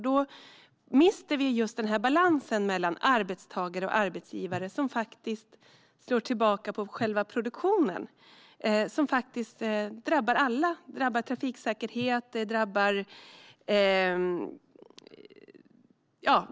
Då mister vi just balansen mellan arbetstagare och arbetsgivare, vilket faktiskt slår tillbaka på själva produktionen. Det drabbar alla, och det drabbar trafiksäkerheten.